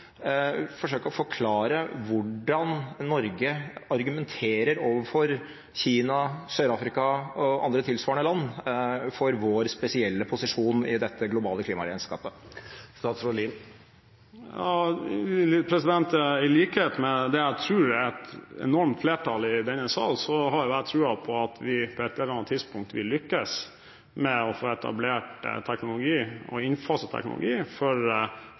forsøke å forklare hvordan Norge argumenterer overfor Kina, Sør-Afrika og tilsvarende land for vår spesielle posisjon i dette globale klimaregnskapet? I likhet med et flertall i denne salen har jeg tro på at vi på et eller annet tidspunkt vil lykkes med å få etablert teknologi – og innfase teknologi – for